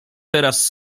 teraz